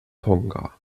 tonga